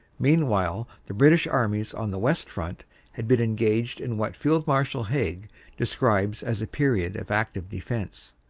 wleanwhile the british armies on the west front had been engaged in what field-marshal haig describes as a period of active defense.